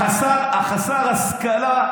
חסר השכלה.